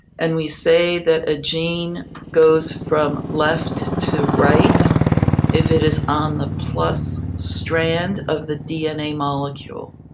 and we say that a gene goes from left to right if it is on the plus strand of the dna molecule.